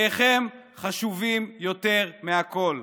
חייכם חשובים יותר מכול.